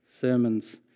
sermons